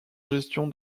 gestion